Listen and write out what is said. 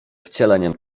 wcieleniem